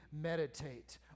meditate